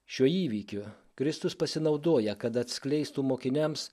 šiuo įvykiu kristus pasinaudoja kad atskleistų mokiniams